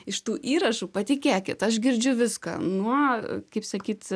iš tų įrašų patikėkit aš girdžiu viską nuo kaip sakyt